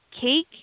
Cake